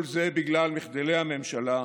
כל זה בגלל מחדלי הממשלה,